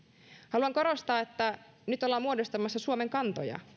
haluan korostaa että nyt ollaan muodostamassa suomen kantoja